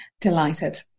Delighted